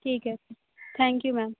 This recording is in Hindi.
ठीक है थैंक्यू मैम